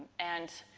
and,